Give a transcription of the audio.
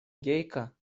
гейка